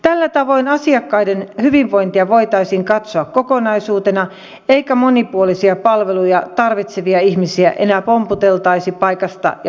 tällä tavoin asiakkaiden hyvinvointia voitaisiin katsoa kokonaisuutena eikä monipuolisia palveluja tarvitsevia ihmisiä enää pompoteltaisi paikasta ja palvelusta toiseen